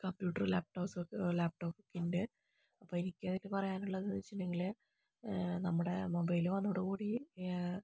കമ്പ്യൂട്ടറും ലാപ്ടോപ്സ് ലാപ്ടോപ്പിൻ്റെ പിന്നെ എനിക്ക് പറയാനുള്ളത് എന്ന് വെച്ചിട്ടുണ്ടെങ്കിൽ നമ്മുടെ മൊബൈല് വന്നതോടുകൂടി